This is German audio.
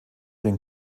den